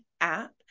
app